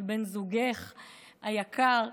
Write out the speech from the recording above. על בן זוגך היקר,